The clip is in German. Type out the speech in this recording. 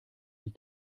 die